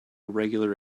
regular